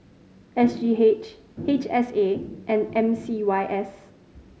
S G H H S A and M C Y S